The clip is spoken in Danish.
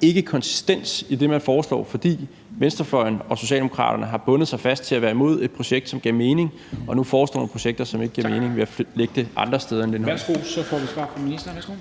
ikke er konsistens i det, man foreslår, fordi venstrefløjen og Socialdemokraterne har bundet sig fast til at være imod et projekt, som giver mening, og nu foreslår nogle projekter, som ikke giver mening, ved at lægge dem andre steder end på Lindholm. Kl. 14:11 Formanden